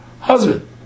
husband